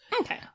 okay